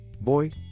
Boy